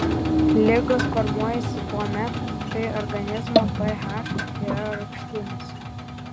ligos formuojasi tuomet kai organizmo ph yra rūgštinis